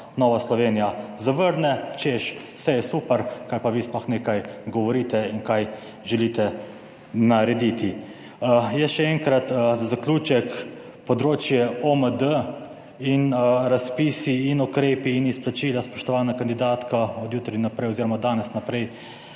Nova Slovenija zavrne, češ vse je super, kaj pa vi sploh nekaj govorite in kaj želite narediti. Jaz še enkrat, za zaključek, področje OMD in razpisi in ukrepi in izplačila. Spoštovana kandidatka, od jutri naprej oziroma od danes naprej